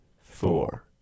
four